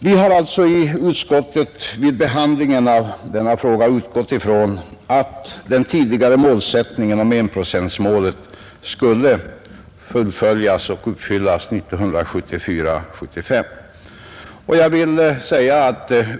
Vi har alltså i utskottet vid behandlingen av denna fråga utgått ifrån att den tidigare målsättningen — enprocentsmålet — skulle fullföljas och uppfyllas 1974/75.